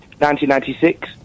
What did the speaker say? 1996